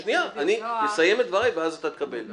לא לפני, אני אסיים את דבריי ואתה אתה תקבל.